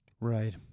Right